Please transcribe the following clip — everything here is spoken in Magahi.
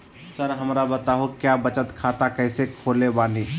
सर हमरा बताओ क्या बचत खाता कैसे खोले बानी?